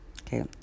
Okay